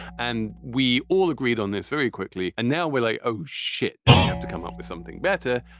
and we all agreed on this very quickly. and now we're like, oh, shit. now we have to come up with something better.